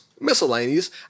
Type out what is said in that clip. miscellaneous